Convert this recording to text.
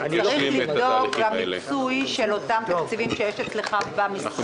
צריך לבדוק את המיצוי של אותם תקציבים שיש אצלך במשרד